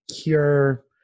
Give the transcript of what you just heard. cure